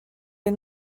les